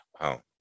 wow